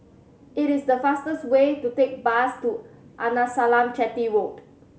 it is the faster way to take bus to Arnasalam Chetty Road